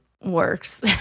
works